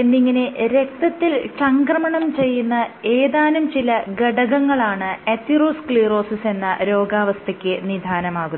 എന്നിങ്ങനെ രക്തത്തിൽ ചംക്രമണം ചെയ്യുന്ന ഏതാനും ചില ഘടകങ്ങളാണ് അതിറോസ്ക്ളീറോസിസ് എന്ന രോഗാവസ്ഥക്ക് നിദാനമാകുന്നത്